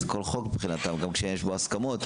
אז כל חוק מבחינתם, גם שיש בו הסכמות,